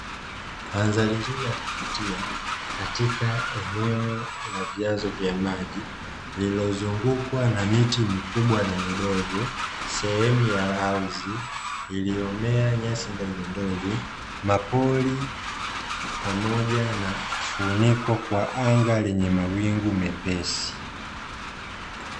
Mandhari nzuri ya kuvutia katika eneo la vyanzo vya maji lililozungukwa na miti mikubwa na midogo, sehemu ya ardhi iliyomea nyasi ndogondogo, mapori pamoja na kufunikwa kwa anga lenye mawingu mepesi.